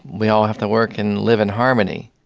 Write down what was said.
we all have to work and live in harmony